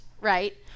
right